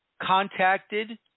contacted